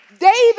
David